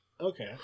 Okay